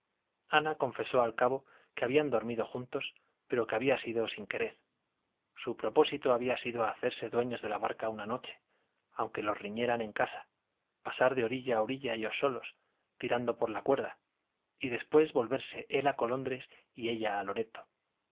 ana confesó al cabo que habían dormido juntos pero que había sido sin querer su propósito había sido hacerse dueños de la barca una noche aunque los riñeran en casa pasar de orilla a orilla ellos solos tirando por la cuerda y después volverse él a colondres y ella a loreto